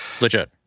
legit